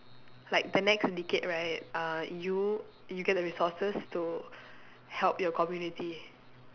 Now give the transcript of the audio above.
like the next decade right uh you you get the resources to help your community